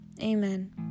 Amen